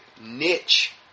niche